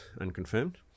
unconfirmed